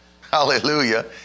Hallelujah